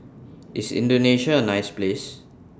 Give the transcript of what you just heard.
IS Indonesia A nice Place